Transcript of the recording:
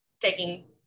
taking